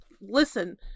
listen